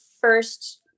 first